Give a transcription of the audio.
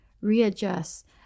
readjust